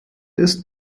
ist